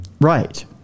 Right